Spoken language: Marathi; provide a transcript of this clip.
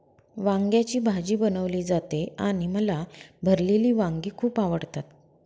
वांग्याची भाजी बनवली जाते आणि मला भरलेली वांगी खूप आवडतात